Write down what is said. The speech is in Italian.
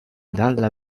dalla